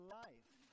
life